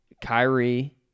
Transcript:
Kyrie